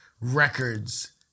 records